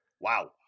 Wow